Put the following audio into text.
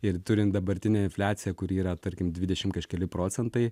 ir turint dabartinę infliaciją kuri yra tarkim dvidešim kažkeli procentai